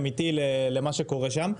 אמיתי למה שקורה שם.